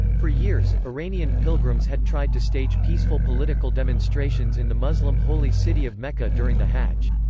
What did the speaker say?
for years, iranian pilgrims had tried to stage peaceful political demonstrations in the muslim holy city of mecca during the hajj.